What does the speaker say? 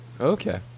Okay